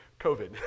COVID